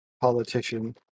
politician